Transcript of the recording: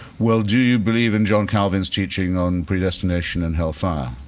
well, do you believe in john calvin's teaching on predestination and hell fire?